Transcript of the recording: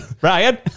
Brian